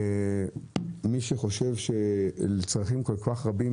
מי שחושב שלצרכים כל כך רבים,